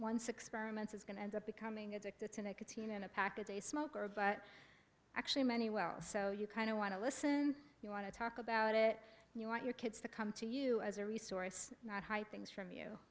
once experiments is going to end up becoming addicted to nicotine in a pack a day smoker but actually many well so you kind of want to listen you want to talk about it and you want your kids to come to you as a resource not hype things from